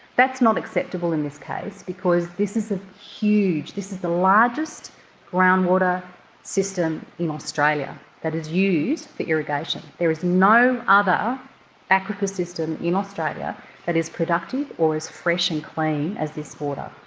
that's not acceptable in this case because this is a huge, this is the largest groundwater system in australia that is used for irrigation. there is no other aquifer system in australia that is productive or as fresh and clean as this water.